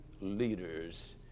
leaders